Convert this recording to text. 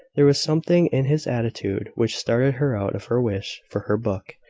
there was something in his attitude which startled her out of her wish for her book,